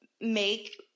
make